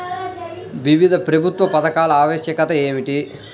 వివిధ ప్రభుత్వ పథకాల ఆవశ్యకత ఏమిటీ?